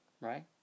right